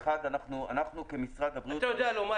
אנחנו כמשרד הבריאות --- אתה יכול לומר